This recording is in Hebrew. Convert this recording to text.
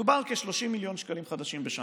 מדובר על כ-30 מיליון שקלים חדשים בשנה.